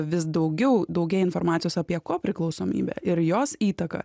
vis daugiau daugėja informacijos apie kopriklausomybę ir jos įtaką